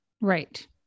right